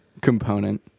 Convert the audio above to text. component